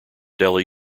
delhi